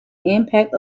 impact